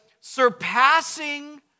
surpassing